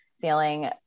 feeling